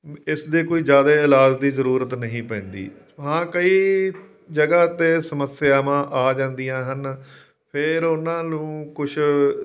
ਇਸ ਦੇ ਕੋਈ ਜ਼ਿਆਦਾ ਇਲਾਜ ਦੀ ਜ਼ਰੂਰਤ ਨਹੀਂ ਪੈਂਦੀ ਹਾਂ ਕਈ ਜਗ੍ਹਾ 'ਤੇ ਸਮੱਸਿਆਵਾਂ ਆ ਜਾਂਦੀਆਂ ਹਨ ਫਿਰ ਉਹਨਾਂ ਨੂੰ ਕੁਝ